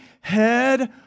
head